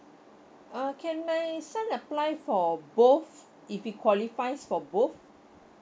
uh can my son apply for both of if he qualifies for both